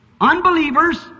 unbeliever's